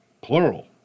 plural